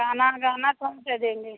गहना गहना कौनसे देंगे